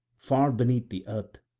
far beneath the earth,